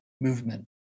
movement